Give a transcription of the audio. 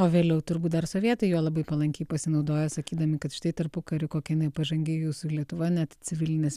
o vėliau turbūt dar sovietai juo labai palankiai pasinaudoja sakydami kad štai tarpukariu kokia pažangi jūsų lietuva net civilinės